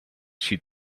she